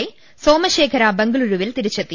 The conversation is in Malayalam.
എ സോമശേഖര ബംഗുളൂരുവിൽ തിരിച്ചെത്തി